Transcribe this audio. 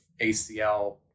ACL